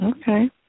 Okay